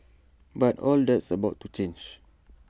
but all that's about to change